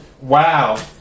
Wow